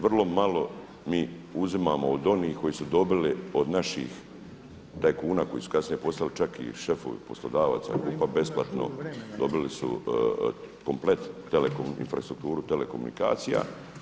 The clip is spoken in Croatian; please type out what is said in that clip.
Vrlo malo mi uzimamo od onih koji su dobili od naših tajkuna koji su kasnije postali čak i šefovi poslodavaca, … besplatno dobili su komplet infrastrukturu telekomunikacija.